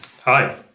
Hi